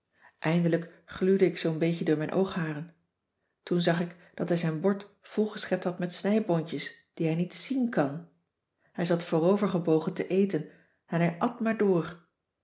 eindelijk gluurde ik zoo'n beetje door mijn oogharen toen zag ik dat hij zijn bord volgeschept had met snijboontjes die hij niet zien kan hij zat voorovergebogen te eten en hij at maar door